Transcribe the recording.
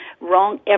wrong